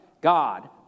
God